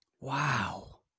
wow